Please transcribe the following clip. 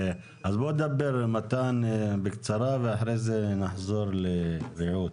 מתן, בקצרה, ואחרי זה נחזור לרעות.